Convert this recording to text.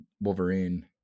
Wolverine